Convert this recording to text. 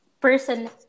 person